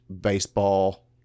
baseball